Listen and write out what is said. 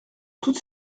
toutes